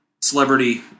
celebrity